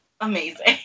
amazing